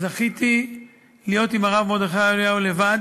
זכיתי להיות עם הרב מרדכי אליהו לבד,